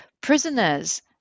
prisoners